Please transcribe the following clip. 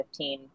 2015